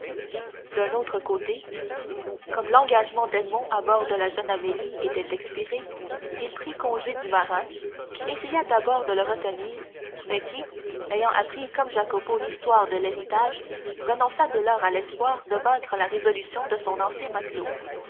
d'un autre côté comme l'engagement d'edmond à bord de la jeune amélie était expiré il prit congé du marin qui essaya d'abord de le retenir mais qui ayant appris comme jacopo l'histoire de l'héritage renonça dès lors à l'espoir de vaincre la résolution de son ancien matelot